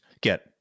get